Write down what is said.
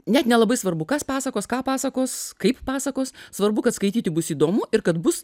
net nelabai svarbu kas pasakos ką pasakos kaip pasakos svarbu kad skaityti bus įdomu ir kad bus